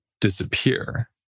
disappear